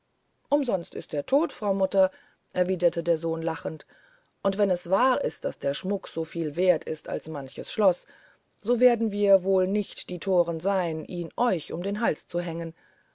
umsonst ist der tod frau mutter erwiderte der sohn lachend und wenn es wahr ist daß der schmuck soviel wert ist als manches schloß so werden wir wohl nicht die toren sein ihn euch um den hals zu hängen